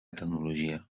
tecnologia